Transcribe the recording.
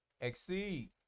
Exceed